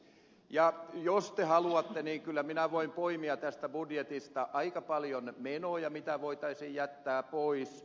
ja jos te haluatte niin kyllä minä voin poimia tästä budjetista aika paljon menoja mitä voitaisiin jättää pois